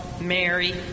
Mary